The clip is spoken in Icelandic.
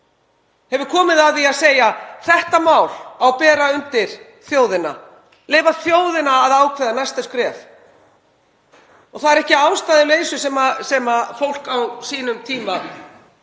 hefur komið að því að segja: Þetta mál á að bera undir þjóðina, leyfa þjóðinni að ákveða næsta skref. Það er ekki að ástæðulausu sem fólk á sínum tíma